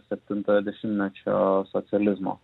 septintojo dešimtmečio socializmo